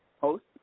host